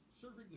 serving